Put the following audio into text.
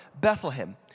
Bethlehem